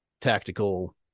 tactical